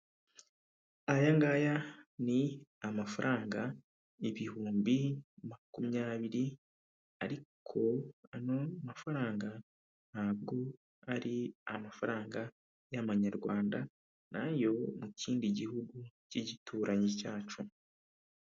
Aya ngaya ni amafaranga ibihumbi makumyabiri ariko ano mafaranga ntabwo ari amafaranga y'amanyarwanda ,ni ayo mu kindi gihugu cy'igituranyi cyacu.